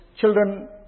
children